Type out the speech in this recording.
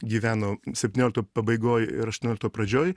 gyveno septyniolikto pabaigoj ir aštuoniolikto pradžioj